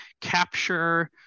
capture